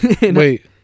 Wait